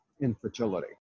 infertility